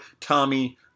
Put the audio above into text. Tommy